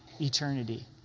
eternity